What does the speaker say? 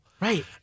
Right